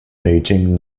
beijing